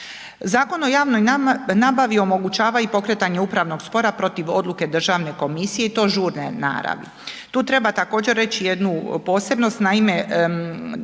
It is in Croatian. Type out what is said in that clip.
Zakon o javnoj nabavi omogućava i pokretanje upravnog spora protiv odluke državne komisije i to žurne naravi, tu treba također reći jednu posebnost, naime takvih